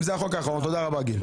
אם זה החוק האחרון תודה רבה, גיל.